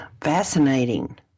Fascinating